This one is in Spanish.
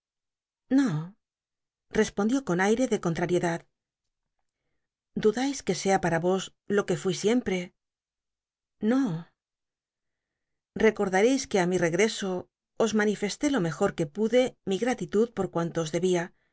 no respondió con airc de contrahcdad dudais que sea para vos lo que ruí siempre no recordareis que ti mi regreso os manifesté lo mejor que pude mi gratitud por cuanto os debia